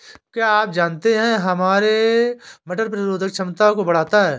क्या आप जानते है हरे मटर प्रतिरोधक क्षमता को बढ़ाता है?